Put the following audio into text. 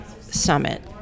summit